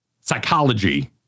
psychology